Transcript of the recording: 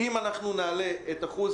אם אנחנו נעלה את אחוז